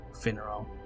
funeral